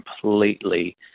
completely